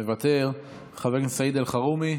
מוותר, חבר הכנסת סעיד אלחרומי,